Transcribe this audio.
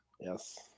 Yes